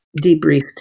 debriefed